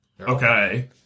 Okay